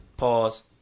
Pause